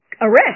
arrest